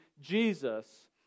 Jesus